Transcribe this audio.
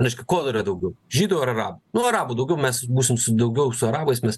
reiškia kuo daugiau žydų ar arabų nu arabų daugiau mes būsim su daugiau su arabais mes